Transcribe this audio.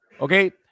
okay